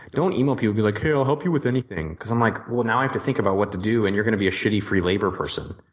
don't email people and be like hey, i'll help you with anything because i'm like well now i have to think about what to do and you're going to be a shitty free-labor person.